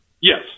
Yes